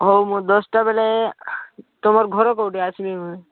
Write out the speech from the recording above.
ହଉ ମୁଁ ଦଶଟା ବେଳେ ତୁମର ଘର କେଉଁଠି ଆସିବି ମୁଇଁ